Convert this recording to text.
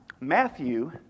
Matthew